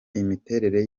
imiterere